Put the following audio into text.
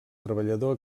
treballador